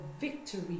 victory